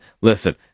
listen